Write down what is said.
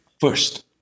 First